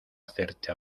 hacerte